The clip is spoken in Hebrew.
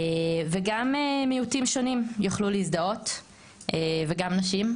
גם מיעוטים שונים יוכלו להזדהות וגם נשים,